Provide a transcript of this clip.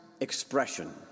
expression